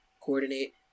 coordinate